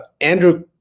Andrew